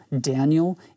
Daniel